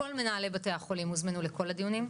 כל מנהלי בתי החולים הוזמנו לכל הדיונים.